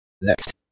Next